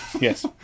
Yes